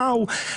מה הוא.